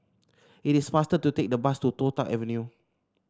it is faster to take the bus to Toh Tuck Avenue